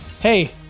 hey